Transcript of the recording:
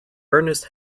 ernest